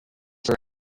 jury